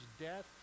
death